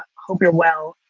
hope you're well.